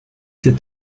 sept